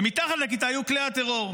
ומתחת לכיתה היו כלי הטרור,